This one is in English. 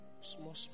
small